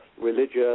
religious